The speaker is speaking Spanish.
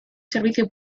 servicio